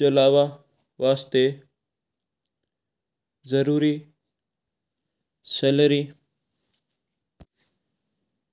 चलवा वास्ता जरुरी सैलरी।